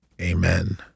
amen